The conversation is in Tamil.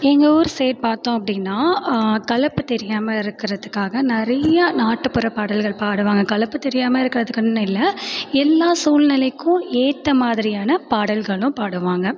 எங்கள் ஊர் சைட் பார்த்தோம் அப்படினா களைப்பு தெரியாமல் இருக்கிறதுக்காக நிறையா நாட்டுப்புற பாடல்கள் பாடுவாங்க களைப்பு தெரியாமல் இருக்கிறதுக்குனு இல்லை எல்லா சூழ்நிலைக்கும் ஏற்ற மாதிரியான பாடல்களும் பாடுவாங்க